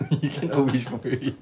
you cannot wish properly